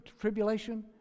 tribulation